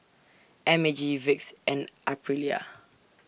M A G Vicks and Aprilia